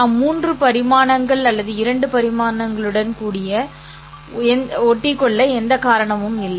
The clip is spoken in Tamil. நாம் 3 பரிமாணங்கள் அல்லது 2 பரிமாணங்களுடன் ஒட்டிக்கொள்ள எந்த காரணமும் இல்லை